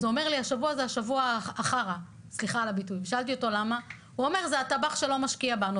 הוא ענה שהולך להיות שבוע חרא כי זה הטבח שלא משקיע בהם.